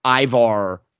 Ivar